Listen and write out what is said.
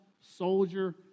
soldier